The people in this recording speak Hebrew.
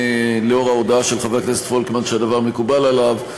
לאור ההודעה של חבר הכנסת פולקמן שהדבר מקובל עליו,